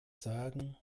sagen